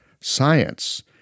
science